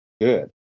good